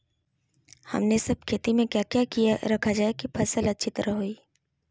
हमने सब खेती में क्या क्या किया रखा जाए की फसल अच्छी तरह होई?